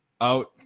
out